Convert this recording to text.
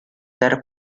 dar